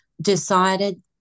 decided